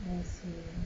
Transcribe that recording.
I see